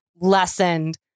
lessened